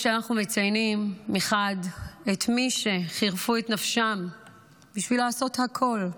כשאנחנו מציינים מחד גיסא את מי שחירפו את נפשם בשביל לעשות הכול,